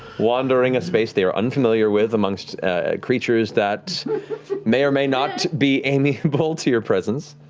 wandering a space they are unfamiliar with amongst creatures that may or may not be amiable to your presence.